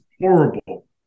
horrible